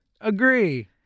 agree